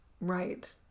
Right